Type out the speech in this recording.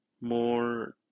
more